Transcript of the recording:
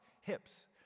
hips